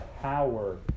power